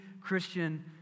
Christian